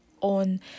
on